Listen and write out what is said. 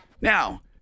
Now